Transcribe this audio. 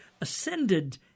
ascended